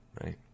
Right